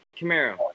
Camaro